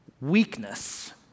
weakness